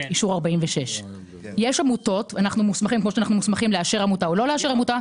סעיף 46. כמו שאנחנו מוסמכים לאשר עמותה או לא לאשר עמותה,